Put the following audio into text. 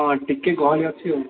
ହଁ ଟିକେ ଗହଳି ଅଛି ଆଉ